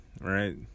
Right